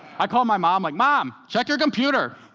i called my mom, like, mom, check your computer.